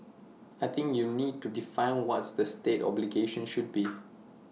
I think you need to define what the state's obligations should be